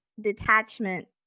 detachment